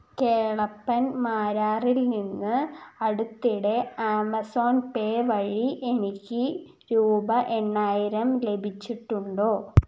കേളപ്പൻ മാരാറില് നിന്ന് അടുത്തിടെ ആമസോൺ പേ വഴി എനിക്ക് രൂപ എണ്ണായിരം ലഭിച്ചിട്ടുണ്ടോ